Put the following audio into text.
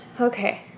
Okay